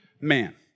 man